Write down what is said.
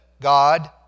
God